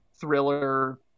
thriller